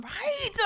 Right